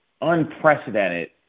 unprecedented